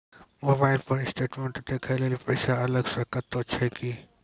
Mobile पर statement देखे लेली पैसा अलग से कतो छै की?